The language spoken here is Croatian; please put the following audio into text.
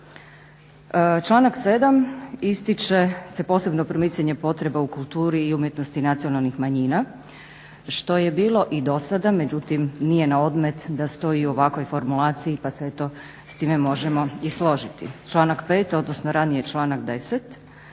Članak 7. ističe se posebno promicanje potreba u kulturi i umjetnosti nacionalnih manjina što je bilo i do sada, međutim nije na odmet da stoji u ovakvoj formulaciji pa se eto s time možemo i složiti. Članak 5. odnosno ranije članak 10.